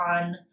on